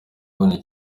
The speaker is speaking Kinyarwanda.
abona